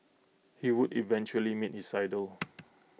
he would eventually meet his idol